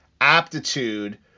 aptitude